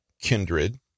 kindred